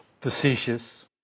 Facetious